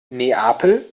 neapel